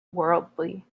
worldly